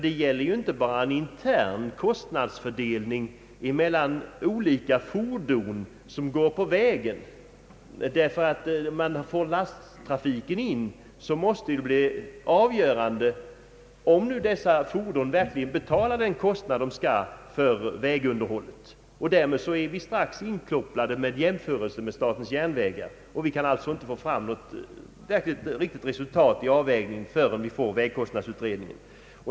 Det gäller ju inte bara en intern kostnadsfördelning mellan olika fordon som går på vägen. Om man tar lasttrafiken med i bilden måste det bli avgörande om dessa fordon verkligen betalar den kostnad för vägunderhållet som tillkommer dem. Därmed är vi strax inne på en jämförelse med statens järnvägar, men vi kan inte få fram ett riktigt resultat förrän vi fått vägkostnadsutredningen.